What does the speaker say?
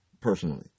personally